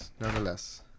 nonetheless